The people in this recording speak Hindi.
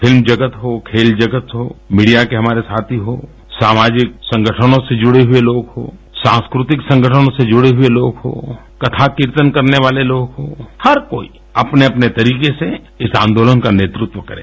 फिल्म जगत हो खेल जगत हो मीडिया के हमारे साथी हों सामाजिक संगठनों से जुड़े हुए लोग हों सांस्कृतिक संगठनों से जुड़े हुए लोग हों कथा कीर्तन करने वाले लोग हों हर कोई अपने अपने तरीके से इस आंदोलन का नेतृत्व करें